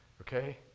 Okay